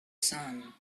sun